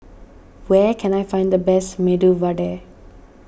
where can I find the best Medu Vada